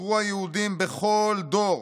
חתרו היהודים בכל דור